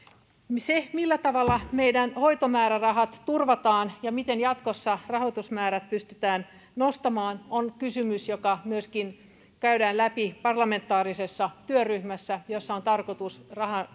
se millä tavalla meidän hoitomäärärahat turvataan ja miten jatkossa rahoitusmäärät pystytään nostamaan on kysymys joka myöskin käydään läpi parlamentaarisessa työryhmässä jossa on tarkoitus